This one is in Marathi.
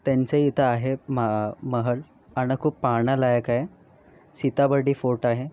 त्यांचा इथे आहे मा महल आणि खूप पाहण्यालायक आहे सीताबर्डी फोर्ट आहे